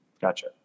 Gotcha